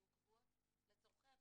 הן קבועות לצרכי אבטחה,